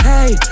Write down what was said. Hey